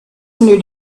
need